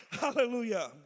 Hallelujah